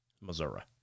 Missouri